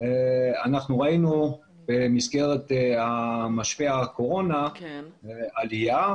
אנחנו ראינו במסגרת משבר הקורונה עלייה,